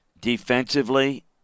Defensively